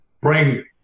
bring